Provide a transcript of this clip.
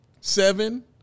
seven